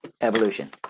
evolution